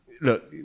look